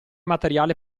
materiale